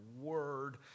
word